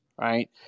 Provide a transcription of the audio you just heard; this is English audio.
right